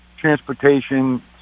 transportation